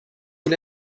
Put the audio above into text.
پول